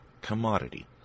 commodity